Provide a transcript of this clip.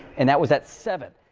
and that was at seven